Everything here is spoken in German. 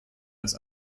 als